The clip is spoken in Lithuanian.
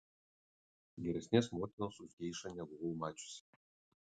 geresnės motinos už geišą nebuvau mačiusi